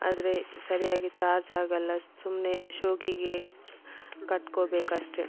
ಆದರೆ ಸರಿಯಾಗಿ ಚಾರ್ಜ್ ಆಗಲ್ಲ ಸುಮ್ಮನೆ ಶೋಕಿಗೆ ಕಟ್ಕೊಬೇಕಷ್ಟೆ